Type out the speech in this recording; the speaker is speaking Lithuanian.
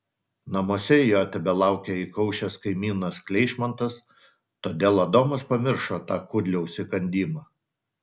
namuose jo tebelaukė įkaušęs kaimynas kleišmantas todėl adomas pamiršo tą kudliaus įkandimą